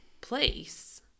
place